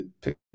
pick